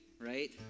right